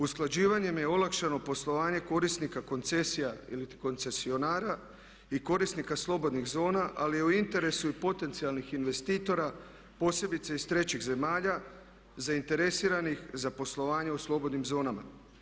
Usklađivanjem je olakšano poslovanje korisnika koncesija iliti koncesionara i korisnika slobodnih zona, ali je u interesu i potencijalnih investitora posebice iz trećih zemalja zainteresiranih za poslovanje u slobodnim zonama.